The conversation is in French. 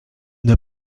n’as